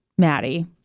Maddie